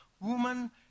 Woman